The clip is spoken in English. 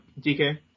DK